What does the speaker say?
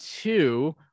two